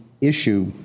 issue